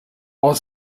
while